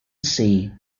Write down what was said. sea